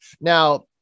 Now